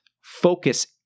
focus